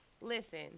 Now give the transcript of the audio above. Listen